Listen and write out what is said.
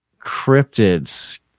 cryptids